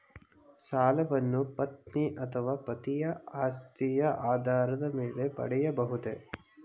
ಸಾಲವನ್ನು ಪತ್ನಿ ಅಥವಾ ಪತಿಯ ಆಸ್ತಿಯ ಆಧಾರದ ಮೇಲೆ ಪಡೆಯಬಹುದೇ?